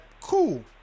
Cool